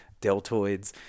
deltoids